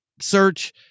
search